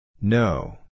No